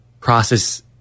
process